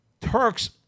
Turks